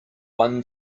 one